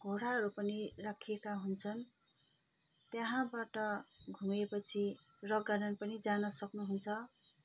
घोडाहरू पनि राखिएका हुन्छन् त्यहाँबाट घुमेपछि रक गार्डन पनि जान सक्नुहुन्छ